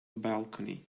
balcony